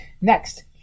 next